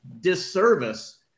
disservice